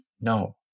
no